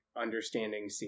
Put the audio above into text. understanding